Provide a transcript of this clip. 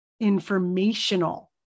informational